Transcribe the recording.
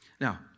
Now